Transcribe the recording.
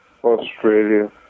Australia